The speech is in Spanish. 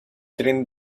tren